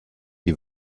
die